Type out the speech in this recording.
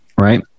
right